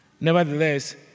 Nevertheless